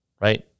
right